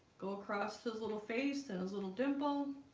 go across his little face and his little dimple